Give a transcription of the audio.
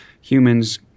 humans